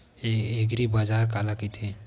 एग्रीबाजार काला कइथे?